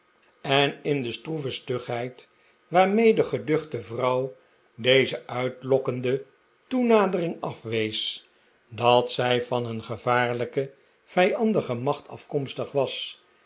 en in de stroeve stugheid waarmee de geduchte vrouw deze uitlokkende toenadering afwees daar zij van een gevaarlijke vijandige macht afkomstig was